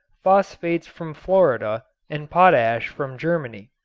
phosphates from florida and potash from germany.